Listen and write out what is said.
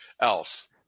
else